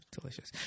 delicious